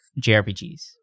JRPGs